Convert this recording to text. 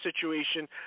situation